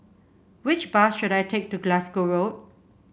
which bus should I take to Glasgow Road